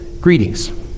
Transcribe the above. greetings